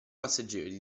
passeggeri